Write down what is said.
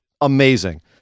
amazing